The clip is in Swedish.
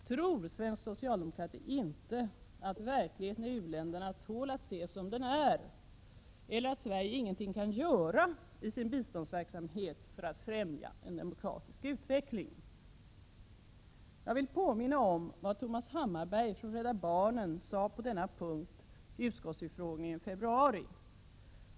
Tror man inom svensk socialdemokrati inte att verligheten i u-länderna tål att ses som den är eller att Sverige ingenting kan göra i sin biståndsverksamhet för att främja en demokratisk utveckling? Jag vill påminna om vad Thomas Hammarberg från Rädda barnen sade på denna punkt vid en utskottsutfrågning i februari.